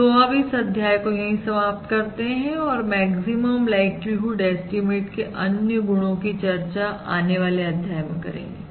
तो अब हम इस अध्याय को यहीं समाप्त करते हैं और मैक्सिमम लाइक्लीहुड एस्टीमेट के अन्य गुणों की चर्चा आने वाले अध्याय में करेंगे